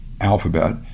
Alphabet